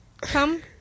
come